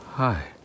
Hi